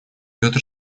петр